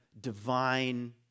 divine